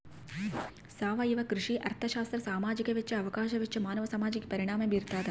ಸಾವಯವ ಕೃಷಿ ಅರ್ಥಶಾಸ್ತ್ರ ಸಾಮಾಜಿಕ ವೆಚ್ಚ ಅವಕಾಶ ವೆಚ್ಚ ಮಾನವ ಸಮಾಜಕ್ಕೆ ಪರಿಣಾಮ ಬೀರ್ತಾದ